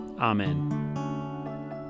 Amen